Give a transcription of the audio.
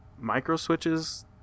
micro-switches